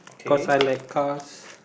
cause I like cars